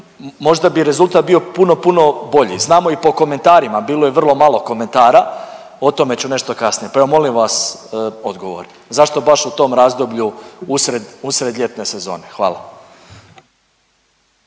možda bi rezultat bio puno, puno bolji. Znamo i po komentarima, bilo je vrlo malo komentara, o tome ću nešto kasnije, pa evo, molim vas, odgovor, zašto baš u tom razdoblju usred ljetne sezone? Hvala.